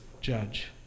judge